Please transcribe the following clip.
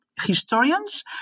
Historians